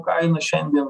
kaina šiandien